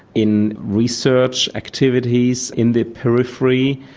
in research activities in the periphery.